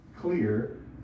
clear